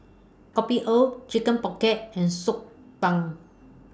Kopi O Chicken Pocket and Soup